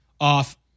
off